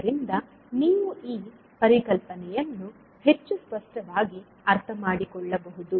ಇದರಿಂದ ನೀವು ಈ ಪರಿಕಲ್ಪನೆಯನ್ನು ಹೆಚ್ಚು ಸ್ಪಷ್ಟವಾಗಿ ಅರ್ಥಮಾಡಿಕೊಳ್ಳಬಹುದು